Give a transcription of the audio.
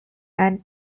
and